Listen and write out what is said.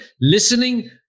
listening